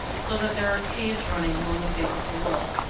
so that there are caves running along the face of the wall,